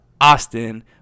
Austin